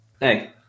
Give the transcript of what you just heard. Hey